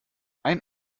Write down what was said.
ein